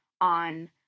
on